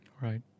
Right